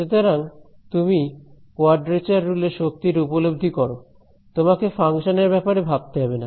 সুতরাং তুমি quadrature rule এর শক্তিটা উপলব্ধি করো তোমাকে ফাংশনের ব্যাপারে ভাবতে হবে না